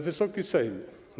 Wysoki Sejmie!